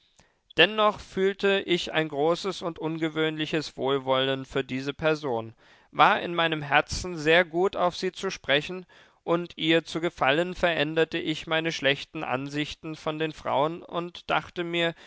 dennoch fühlte ich ein großes und ungewöhnliches wohlwollen für diese person war in meinem herzen sehr gut auf sie zu sprechen und ihr zu gefallen veränderte ich meine schlechten ansichten von den frauen und dachte mir